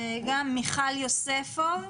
מיכל יוספוב,